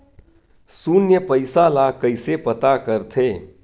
शून्य पईसा ला कइसे पता करथे?